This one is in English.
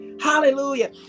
Hallelujah